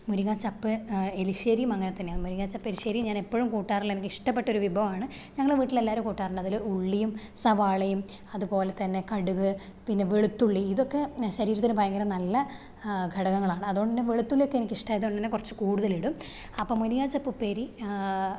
മുരിങ്ങ ചപ്പ് എരിശ്ശേരിയും അങ്ങനെ തന്നെയാണ് മുരിങ്ങ ചപ്പ് എരിശ്ശേരിയും ഞാൻ എപ്പോഴും കൂട്ടാറുള്ള എനിക്കിഷ്ടപ്പെട്ട ഒരു വിഭവമാണ് ഞങ്ങളെ വീട്ടിലെല്ലാവരും കൂട്ടാറുണ്ട് അതിൽ ഉള്ളിയും സവാളയും അതുപോലെ തന്നെ കടുക് പിന്നെ വെളുത്തുള്ളി ഇതൊക്കെ ശരീരത്തിന് ഭയങ്കര നല്ല ഘടകങ്ങളാണ് അതുകൊണ്ടന്നെ വെളുതുള്ളിയൊക്കെ ഇഷ്ടമായത് കൊണ്ടന്നെ കുറച്ച് കൂടുതലിടും അപ്പം മുരിങ്ങ ചപ്പ് ഉപ്പേരി